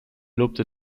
lobte